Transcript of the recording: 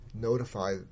notify